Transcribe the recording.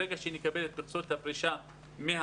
ברגע שנקבל את מכסות הפרישה מהאוצר,